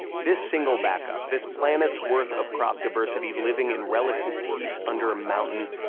this single backup, this planet's worth of crop diversity, living in relative peace, under a mountain.